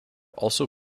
also